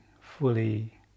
fully